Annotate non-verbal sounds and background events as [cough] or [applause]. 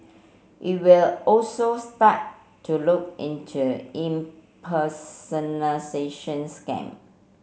it will also start to look into [unintelligible] scam